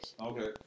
Okay